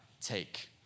take